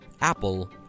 Apple